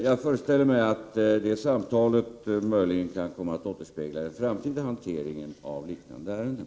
Jag föreställer mig att det samtalet möjligen kan komma att återspegla en framtida hantering av liknande ärenden.